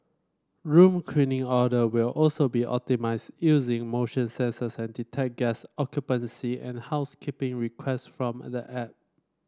room cleaning order will also be optimised using motion sensor that detect guest occupancy and housekeeping requests from the app